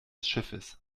schiffes